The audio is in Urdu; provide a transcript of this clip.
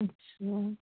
اچھا